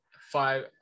five